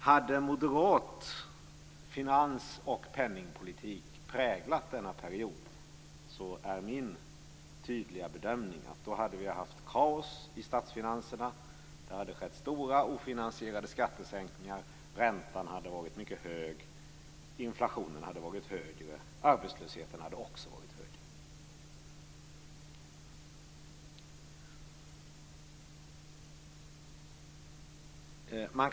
Hade moderat finans och penningpolitik präglat denna period, är min tydliga bedömning att det hade varit kaos i statsfinanserna, det hade skett stora ofinansierade skattesänkningar, räntan hade varit mycket hög, inflationen hade varit högre och arbetslösheten hade också varit hög.